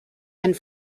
and